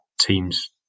teams